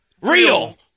Real